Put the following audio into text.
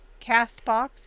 CastBox